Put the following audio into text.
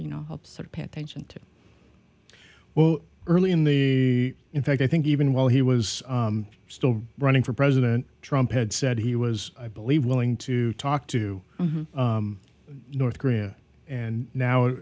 you know help sort of pay attention to well early in the in fact i think even while he was still running for president trump had said he was i believe willing to talk to north korea and now